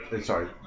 Sorry